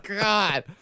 God